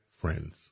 friends